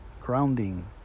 Grounding